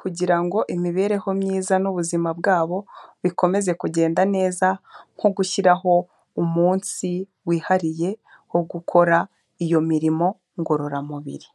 kugira ngo imibereho myiza n'ubuzima bwabo bikomeze kugenda neza nko gushyiraho umunsi wihariye wo gukora iyo mirimo ngororamubiri.